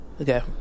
okay